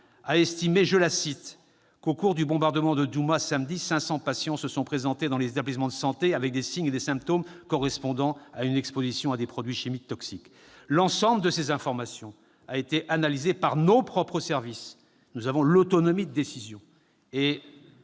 a estimé que, « au cours du bombardement de Douma samedi, 500 patients se sont présentés dans les établissements de santé avec des signes et symptômes correspondant à une exposition à des produits chimiques toxiques ». L'ensemble de ces informations a été analysé par nos propres services- nous avons l'autonomie de décision